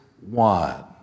one